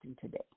today